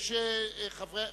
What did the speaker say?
בסעיף 3: